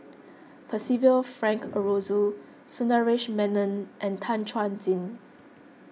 Percival Frank Aroozoo Sundaresh Menon and Tan Chuan Jin